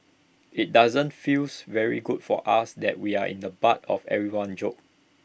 IT doesn't feels very good for us that we're in the butt of everyone's jokes